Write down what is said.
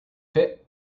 fit